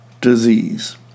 disease